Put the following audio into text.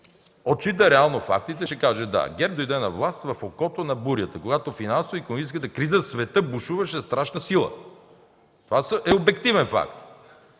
отчита реално фактите, ще каже: да, ГЕРБ дойде на власт в окото на бурята, когато финансово-икономическата криза в света бушуваше със страшна сила. Това е обективен факт.